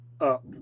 up